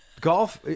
Golf